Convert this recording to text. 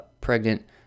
pregnant